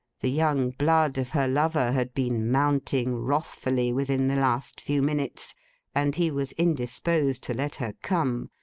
the young blood of her lover had been mounting, wrathfully, within the last few minutes and he was indisposed to let her come.